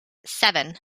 seven